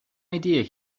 idea